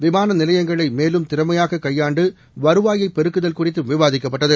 விமான நிலையங்களை மேலும் திறமையாக கையாண்டு வருவாயை பெருக்குதல் குறித்தும் விவாதிக்கப்பட்டது